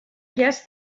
guess